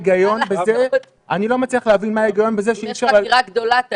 אם יש לך דירה גדולה.